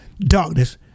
darkness